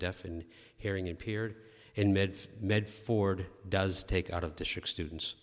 deaf and hearing impaired in med med ford does take out of district students